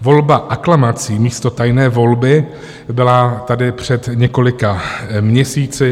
Volba aklamací místo tajné volby byla tady před několika měsíci.